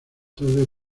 tarde